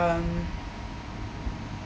um